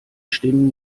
stimmen